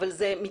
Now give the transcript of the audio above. אבל זה מתקן.